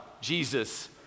Jesus